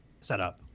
setup